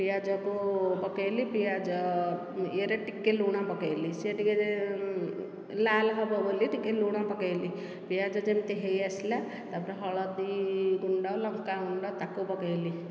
ପିଆଜକୁ ପକାଇଲି ପିଆଜ ୟେରେ ଟିକେ ଲୁଣ ପକାଇଲି ସେ ଟିକେ ଲାଲ ହେବ ବୋଲି ଟିକେ ଲୁଣ ପକାଇଲି ପିଆଜ ଯେମିତି ହୋଇ ଆସିଲା ତାପରେ ହଳଦୀ ଗୁଣ୍ଡ ଲଙ୍କା ଗୁଣ୍ଡ ତାକୁ ପକାଇଲି